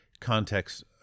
context